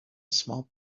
small